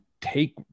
take